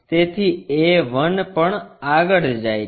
તેથી a 1 પણ આગળ જાય છે